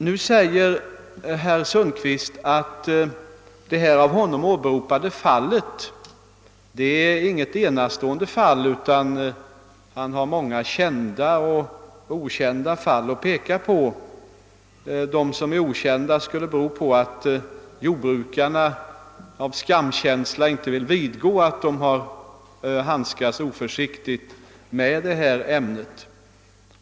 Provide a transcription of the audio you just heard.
Nu säger herr Sundkvist att det av honom åberopade fallet inte är något enastående fall, utan han har många kända och okända fall att peka på. Att somliga är okända skulle bero på att jordbrukarna av skamkänsla inte vill vidgå att de har handskats oförsiktigt med detta ämne.